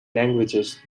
languages